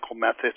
methods